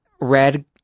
Red